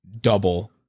double